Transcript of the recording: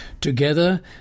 Together